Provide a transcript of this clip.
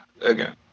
again